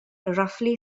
roughly